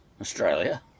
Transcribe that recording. Australia